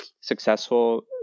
successful